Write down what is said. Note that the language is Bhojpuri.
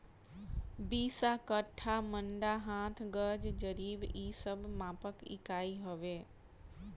बिस्सा, कट्ठा, मंडा, हाथ, गज, जरीब इ सब मापक इकाई हवे